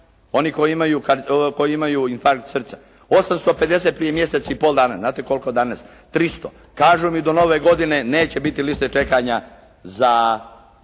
oni koji imaju infarkt srca. 850 prije mjesec i pol dana. Znate koliko danas? 300. Kažu mi do nove godine neće biti liste čekanja za